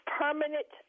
permanent